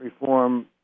Reform